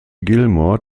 gilmore